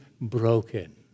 broken